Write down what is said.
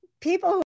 people